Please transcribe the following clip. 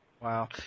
Wow